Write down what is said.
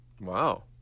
Wow